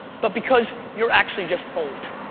but because you're actually just old?